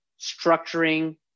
structuring